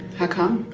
how come?